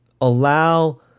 allow